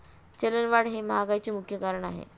चलनवाढ हे महागाईचे मुख्य कारण आहे